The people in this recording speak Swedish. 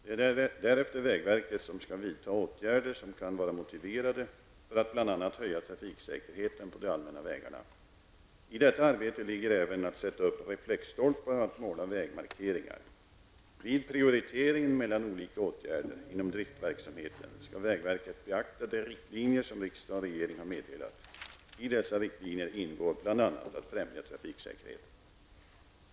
Det är därefter vägverket som skall vidta åtgärder som kan vara motiverade för att bl.a. höja trafiksäkerheten på de allmänna vägarna. I detta arbete ligger även att sätta upp reflexstolpar och att måla vägmarkeringar. Vid prioriteringen mellan olika åtgärder inom driftverksamheten skall vägverket beakta de riktlinjer som riksdag och regering har meddelat. I dessa riktlinjer ingår bl.a. att främja trafiksäkerheten.